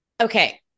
Okay